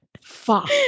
Fuck